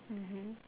mmhmm